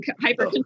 hyper